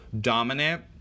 dominant